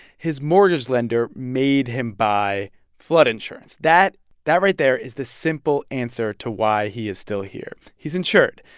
his mortgage lender made him buy flood insurance. that that right there is the simple answer to why he is still here. he's insured.